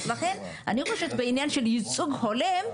אז אני חושבת בעניין של ייצוג הולם,